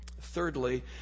Thirdly